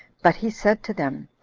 but he said to them,